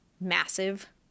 massive